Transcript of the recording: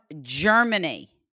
Germany